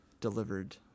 delivered